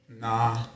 Nah